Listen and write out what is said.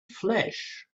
flesh